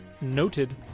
Noted